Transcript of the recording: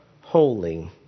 holy